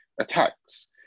attacks